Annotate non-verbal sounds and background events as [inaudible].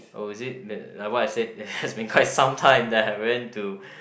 oh is it [noise] like what I said [laughs] it has been quite some time that I went to